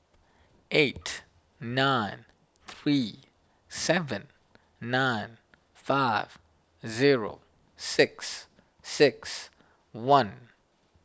eight nine three seven nine five zeo six six one